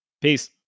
Peace